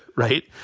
right?